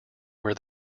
where